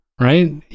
right